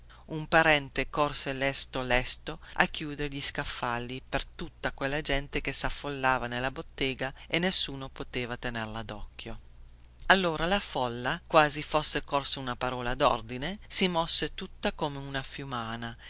un parente corse lesto lesto a chiudere gli scaffali per tutta quella gente che saffollava nella bottega e nessuno poteva tenerla docchio allora la folla quasi fosse corsa una parola dordine si mosse tutta come una fiumana